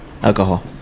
Alcohol